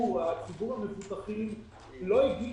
הם יכולים להביא